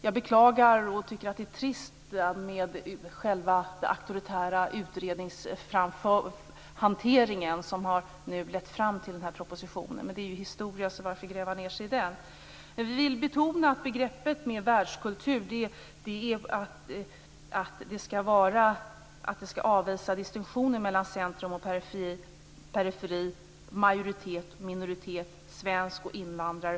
Jag beklagar och tycker att det är trist med själva den auktoritära utredningshantering som har lett fram till den här propositionen. Det är dock historia, så varför gräva ned sig i den? Vi vill betona att i begreppet världskultur ligger att det skall avvisa distinktioner mellan centrum och periferi, majoritet och minoritet, svensk och invandrare.